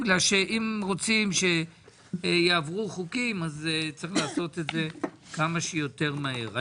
בגלל שאם רוצים שיעברו חוקים אז צריך לעשות את זה כמה שיותר מהר.